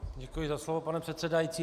Děkuji za slovo, pane předsedající.